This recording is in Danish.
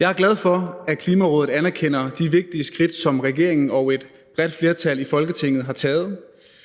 Jeg er glad for, at Klimarådet anerkender de vigtige skridt, som regeringen og et bredt flertal i Folketinget har taget.